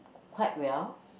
quite well